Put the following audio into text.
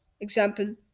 example